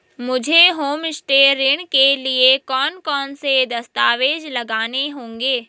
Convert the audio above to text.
मुझे होमस्टे ऋण के लिए कौन कौनसे दस्तावेज़ लगाने होंगे?